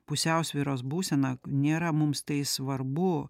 pusiausvyros būsena nėra mums tai svarbu